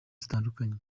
zitandukanye